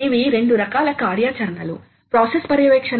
అది ఎలా లోడ్ చేయాలో అని కాబట్టి వారు వివిధ పద్ధతులను వాడవచ్చు